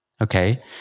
Okay